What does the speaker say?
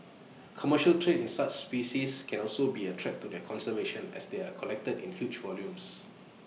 commercial trade in such species can also be A threat to their conservation as they are collected in huge volumes